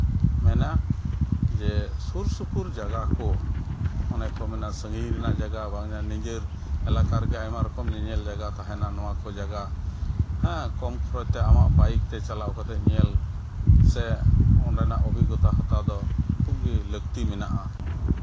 ᱢᱮᱱᱟ ᱡᱮ ᱥᱩᱨᱼᱥᱩᱯᱩᱨ ᱡᱟᱭᱜᱟ ᱠᱚ ᱚᱱᱮ ᱠᱚ ᱢᱮᱱᱟ ᱥᱟᱺᱜᱤᱧ ᱨᱮᱱᱟᱜ ᱡᱟᱭᱜᱟ ᱱᱤᱡᱮᱨ ᱮᱞᱟᱠᱟ ᱨᱮᱜᱮ ᱟᱭᱢᱟ ᱨᱚᱠᱚᱢ ᱧᱮᱧᱮᱞ ᱡᱟᱭᱜᱟ ᱛᱟᱦᱮᱱᱟ ᱱᱚᱣᱟ ᱠᱚ ᱧᱮᱧᱮᱞ ᱡᱟᱭᱜᱟ ᱦᱮᱸ ᱠᱚᱢ ᱠᱷᱚᱨᱚᱪ ᱛᱮ ᱟᱢᱟᱜ ᱵᱟᱭᱤᱠ ᱛᱮ ᱪᱟᱞᱟᱣ ᱠᱟᱛᱮᱫ ᱧᱮᱞ ᱥᱮ ᱚᱸᱰᱮᱱᱟᱜ ᱚᱵᱷᱤᱜᱚᱛᱟ ᱦᱟᱛᱟᱣ ᱫᱚ ᱠᱷᱩᱵᱽ ᱜᱮ ᱞᱟᱹᱞᱛᱤ ᱢᱮᱱᱟᱜᱼᱟ